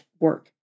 work